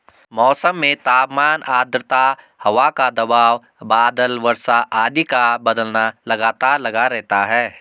मौसम में तापमान आद्रता हवा का दबाव बादल वर्षा आदि का बदलना लगातार लगा रहता है